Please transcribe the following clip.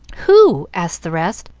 who? asked the rest,